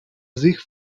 sich